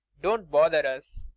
don't bother us.